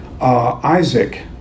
Isaac